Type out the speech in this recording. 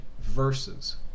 verses